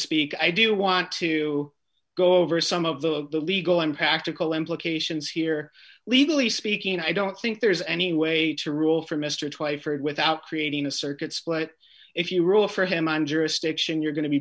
speak i do want to go over some of the legal in practical implications here legally speaking i don't think there's any way to rule for mr twyford without creating a circuit split if you rule for him on jurisdiction you're going to be